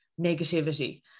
negativity